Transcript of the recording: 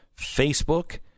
Facebook